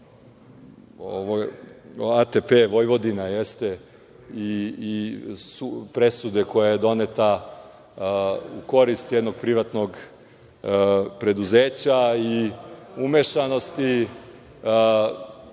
ATP „Vojvodina“ i presude koja je doneta u korist jednog privatnog preduzeća i umešanosti